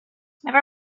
never